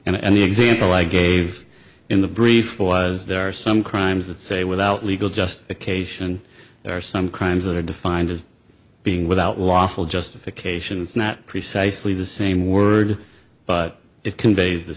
at and the example i gave in the brief was there are some crimes that say without legal justification there are some crimes that are defined as being without lawful justification it's not precisely the same word but it conveys the